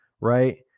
right